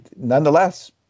nonetheless